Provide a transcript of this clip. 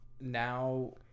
now